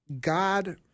God